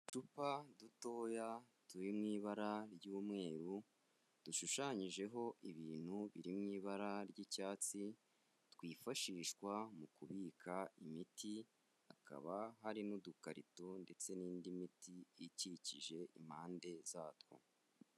Uducupa dutoya turi mu ibara ry'umweru, dushushanyijeho ibintu biri mu ibara ry'icyatsi, twifashishwa mu kubika imiti, hakaba hari n'udukarito ndetse n'indi miti ikikije impande zatwo.